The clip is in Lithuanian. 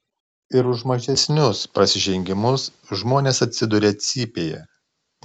ir už mažesnius prasižengimus žmonės atsiduria cypėje